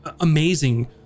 amazing